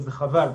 וזה חבל.